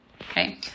Okay